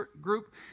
group